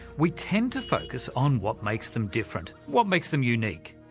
we tend to focus on what makes them different, what makes them unique.